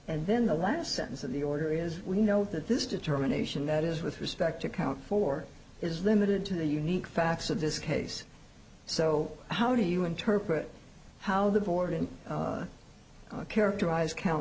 and then the last sentence of the order is we know that this determination that is with respect to count four is limited to the unique facts of this case so how do you interpret how the board and characterized count